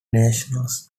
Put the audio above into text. nations